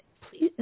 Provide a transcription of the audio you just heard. please